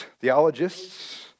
theologists